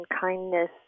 kindness